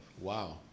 Wow